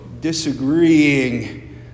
disagreeing